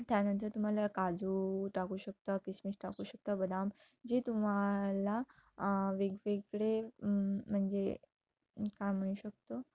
त्यानंतर तुम्हाला काजू टाकू शकता किशमिश टाकू शकता बदाम जे तुम्हाला वेगवेगळे म्हणजे काय म्हणू शकतो